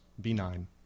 benign